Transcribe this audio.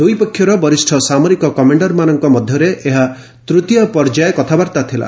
ଦୁଇପକ୍ଷର ବରିଷ୍ଣ ସାମରିକ କମାଣ୍ଡରମାନଙ୍କ ମଧ୍ୟରେ ଏହା ତୂତୀୟ ପର୍ଯ୍ୟାୟ କଥାବାର୍ତ୍ତା ଥିଲା